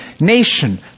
nation